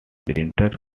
printer